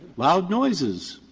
loud noises.